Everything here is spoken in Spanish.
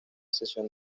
sesión